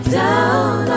down